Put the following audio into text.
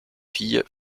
fille